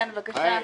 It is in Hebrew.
כן, בבקשה.